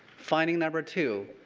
finding number two.